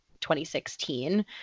2016